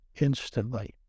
instantly